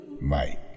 Mike